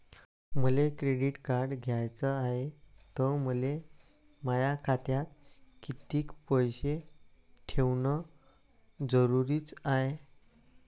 मले credit card घ्याचं हाय, त मले माया खात्यात कितीक पैसे ठेवणं जरुरीच हाय?